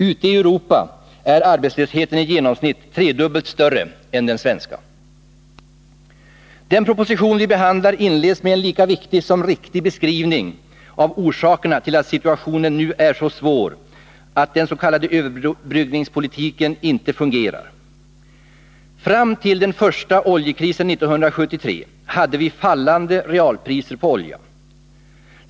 Ute i Europa är arbetslösheten i genomsnitt tredubbelt större än den svenska. Den proposition vi behandlar inleds med en lika viktig som riktig beskrivning av orsakerna till att situationen nu är så svår att den s.k. överbryggningspolitiken inte fungerar. Fram till den första oljekrisen 1973 hade vi fallande realpriser på olja.